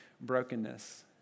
brokenness